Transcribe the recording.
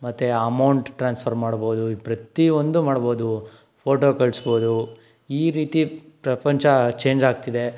ಮತ್ತೆ amount transfer ಮಾಡ್ಬೋದು ಈ ಪ್ರತಿ ಒಂದು ಮಾಡ್ಬೋದು ಫ಼ೋಟೋ ಕಳಿಸ್ಬೋದು ಈ ರೀತಿ ಪ್ರಪಂಚ ಚೇಂಜ್ ಆಗ್ತಿದೆ